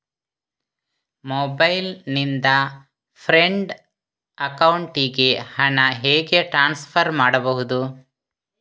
Mobile ನಿಂದ friend ಅಕೌಂಟಿಗೆ ಹಣ ಹೇಗೆ ಟ್ರಾನ್ಸ್ಫರ್ ಮಾಡುವುದು?